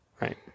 Right